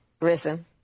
risen